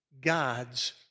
God's